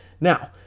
Now